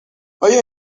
آیا